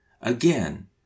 Again